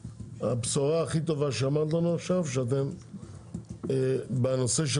הבשורה הכי טובה שאמרת לנו עכשיו שאתם בנושא של